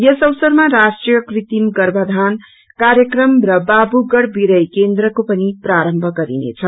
यस अवसरमा राष्ट्रिय कृत्रिम गर्भाधान कार्यक्रम र बाबूगढ़ वर्ीय केन्द्रको पनि प्रारम्भ गरिनेछ